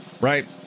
right